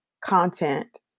content